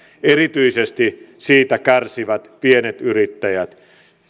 erityisesti siitä kärsivät pienet yrittäjät